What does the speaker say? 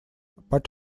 but